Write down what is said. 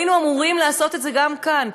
היינו אמורים לעשות את זה גם כאן,